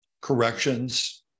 corrections